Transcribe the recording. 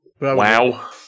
Wow